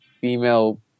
female